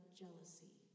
jealousy